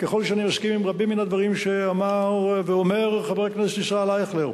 ככל שאני מסכים עם רבים מן הדברים שאמר ואומר חבר הכנסת ישראל אייכלר,